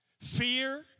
fear